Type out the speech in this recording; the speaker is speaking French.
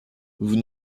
vous